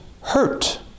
hurt